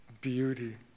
beauty